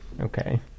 Okay